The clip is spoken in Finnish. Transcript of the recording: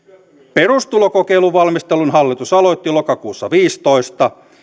perustulokokeilun valmistelun hallitus aloitti lokakuussa viisitoista